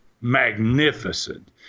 magnificent